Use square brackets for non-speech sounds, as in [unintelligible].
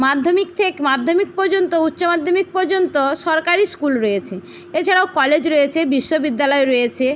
মাধ্যমিক [unintelligible] মাধ্যমিক পর্যন্ত উচ্চমাধ্যমিক পর্যন্ত সরকারি স্কুল রয়েছে এছাড়াও কলেজ রয়েছে বিশ্ববিদ্যালয় রয়েছে